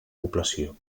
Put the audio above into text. població